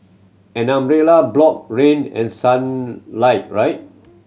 an umbrella block rain and sun light right